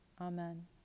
Amen